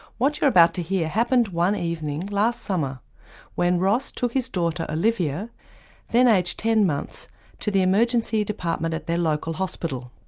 what you're about to hear happened one evening last summer when ross took his daughter olivia then aged ten months to the emergency department at their local hospital.